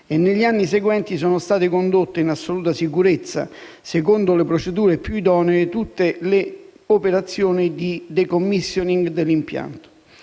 negli anni seguenti sono state condotte in assoluta sicurezza, secondo le procedure più idonee, tutte le operazioni di *decommissioning* dell'impianto.